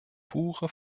pure